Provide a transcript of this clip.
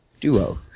duo